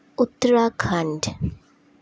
Uttarakhand